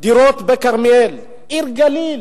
דירות בכרמיאל, עיר גליל,